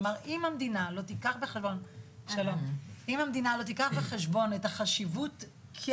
כלומר, אם המדינה לא תיקח בחשבון את החשיבות כן